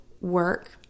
work